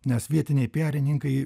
nes vietiniai piarininkai